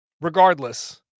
regardless